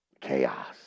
chaos